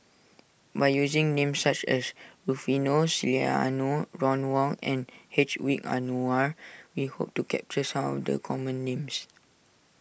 by using names such as Rufino Soliano Ron Wong and Hedwig Anuar we hope to capture some of the common names